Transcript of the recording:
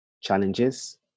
challenges